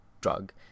drug